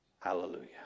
Hallelujah